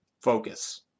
focus